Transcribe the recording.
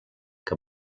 que